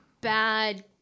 bad